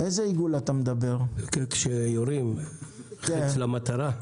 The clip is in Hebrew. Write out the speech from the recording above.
העיגול של חץ למטרה.